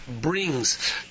brings